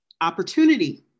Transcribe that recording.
Opportunity